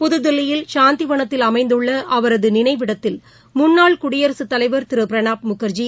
புதுதில்லியில் சாந்திவனத்தில் அமைந்தள்ளஅன்னாரதுநினைவிடத்தில் முன்னாள் குடியரசுத் தலைவர் திருபிரணாப் முகர்ஜி